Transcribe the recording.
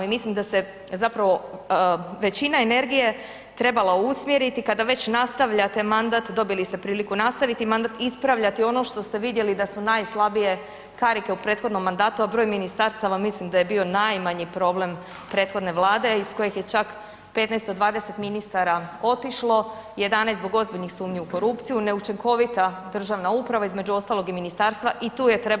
I mislim da se zapravo većina energije trebala usmjeriti kada već nastavljate mandat, dobili ste priliku nastaviti mandat, ispravljati ono što ste vidjeli da su najslabije karike u prethodnom mandatu, a broj ministarstava mislim da je bio najmanji problem prethodne vlade iz kojeg je čak 15 do 20 ministara otišlo, 11 zbog ozbiljnih sumnji u korupciju, neučinkovita državna uprava između ostalog i ministarstva i tu je trebalo tražiti i riješiti.